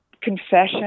confession